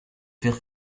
faire